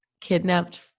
kidnapped